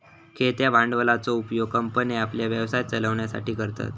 खेळत्या भांडवलाचो उपयोग कंपन्ये आपलो व्यवसाय चलवच्यासाठी करतत